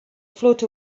float